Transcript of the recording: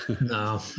No